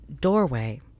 doorway